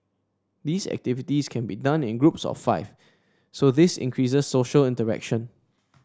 these activities can be done in groups of five so this increases social interaction